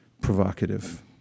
provocative